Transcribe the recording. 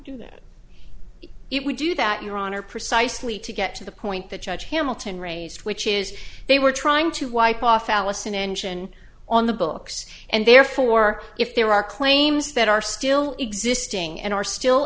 do that it would do that your honor precisely to get to the point the judge hamilton raised which is they were trying to wipe off allison engine on the books and therefore if there are claims that are still existing and are still